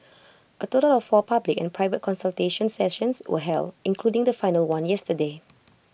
A total of four public and private consultation sessions were held including the final one yesterday